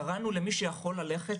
קראנו למי שיכול ללכת,